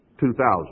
2000